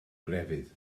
grefydd